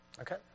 Okay